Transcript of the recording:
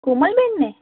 કોમલબેન ને